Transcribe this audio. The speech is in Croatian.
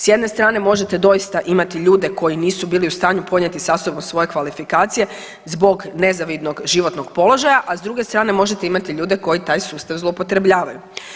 S jedne strane možete doista imati ljude koji nisu bili u stanju ponijeti sa sobom svoje kvalifikacije zbog nezavidnog životnog položaja, a s druge strane možete imati ljude koji taj sustav zloupotrebljavaju.